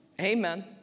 Amen